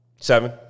Seven